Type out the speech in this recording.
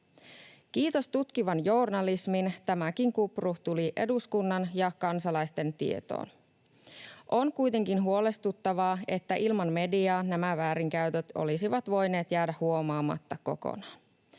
Kiitos tutkivan journalismin tämäkin kupru tuli eduskunnan ja kansalaisten tietoon. On kuitenkin huolestuttavaa, että ilman mediaa nämä väärinkäytöt olisivat voineet jäädä huomaamatta kokonaan.